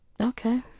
okay